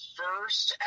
first